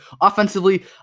Offensively